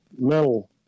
metal